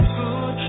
good